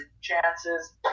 chances